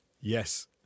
Yes